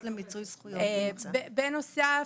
בנוסף,